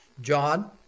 John